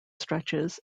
stretches